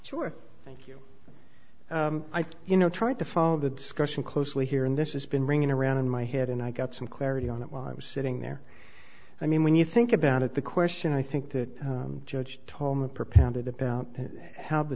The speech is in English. think you know tried to follow the discussion closely here and this is been ringing around in my head and i got some clarity on it while i was sitting there i mean when you think about it the question i think the judge tallman per pound it about how the